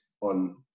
on